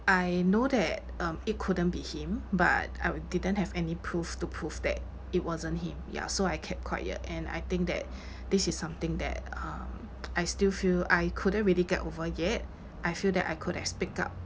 I know that um it couldn't be him but I didn't have any proof to prove that it wasn't him ya so I kept quiet and I think that this is something that uh I still feel I couldn't really get over yet I feel that I could have speak up